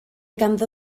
ganddo